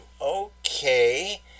okay